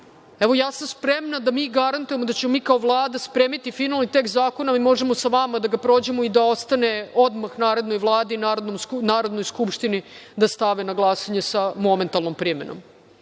Evo, ja sam spremna da mi garantujemo da ćemo mi kao Vlada spremiti finalni tekst zakona i možemo sa vama da prođemo i da ostane odmah narednoj Vladi, Narodnoj skupštini da stave na glasanje sa momentalnom primenom. Dakle,